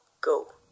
go